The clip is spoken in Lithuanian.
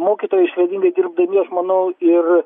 mokytojai išradingai dirbdami aš manau ir